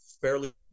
fairly